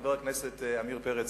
חבר הכנסת עמיר פרץ,